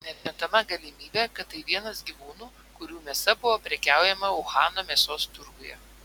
neatmetama galimybė kad tai vienas gyvūnų kurių mėsa buvo prekiaujama uhano mėsos turguje